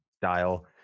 style